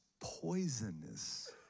poisonous